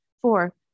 Four